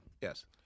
yes